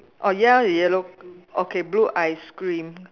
oh your yellow okay blue ice cream